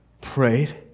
prayed